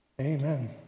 Amen